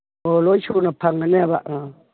ꯑꯣ ꯂꯣꯏ ꯁꯨꯅ ꯐꯪꯒꯅꯦꯕ ꯑ